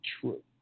true